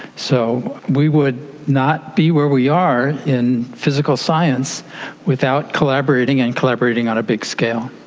so we would not be where we are in physical science without collaborating, and collaborating on a big scale.